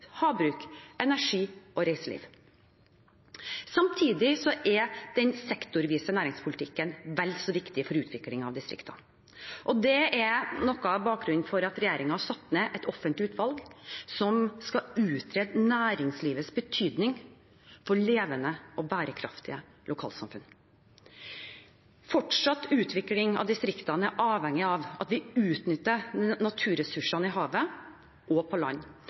havbruk, energi og reiseliv. Samtidig er den sektorvise næringspolitikken vel så viktig for utviklingen av distriktene, og det er noe av bakgrunnen for at regjeringen har satt ned et offentlig utvalg som skal utrede næringslivets betydning for levende og bærekraftige lokalsamfunn. Fortsatt utvikling av distriktene er avhengig av at vi utnytter naturressursene i havet og på land.